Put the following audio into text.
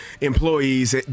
employees